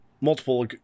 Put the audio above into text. multiple